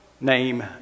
name